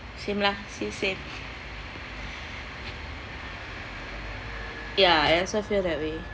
same lah still same yeah I also feel that way